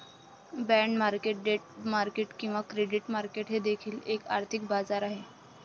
bond market debt market किंवा credit market हे देखील एक आर्थिक बाजार आहे